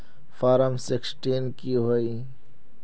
Form sixteen की होय?